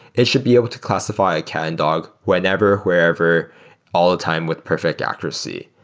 it should be able to classify a cat and dog whenever, wherever all the time with perfect accuracy.